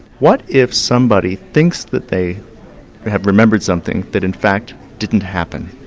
what if somebody thinks that they have remembered something that in fact didn't happen.